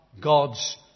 God's